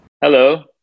Hello